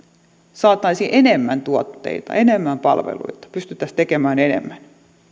saataisiin enemmän tuotteita enemmän palveluita pystyttäisiin tekemään enemmän